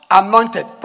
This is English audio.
anointed